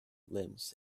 limbs